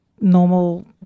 normal